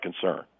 concern